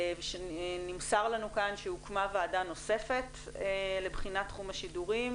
נמסר לנו כאן שהוקמה ועדה נוספת לבחינת תחום השידורים